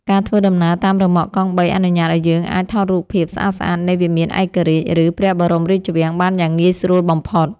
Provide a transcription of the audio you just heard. ការធ្វើដំណើរតាមរ៉ឺម៉កកង់បីអនុញ្ញាតឱ្យយើងអាចថតរូបភាពស្អាតៗនៃវិមានឯករាជ្យឬព្រះបរមរាជវាំងបានយ៉ាងងាយស្រួលបំផុត។